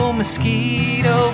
mosquito